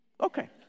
Okay